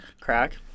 Crack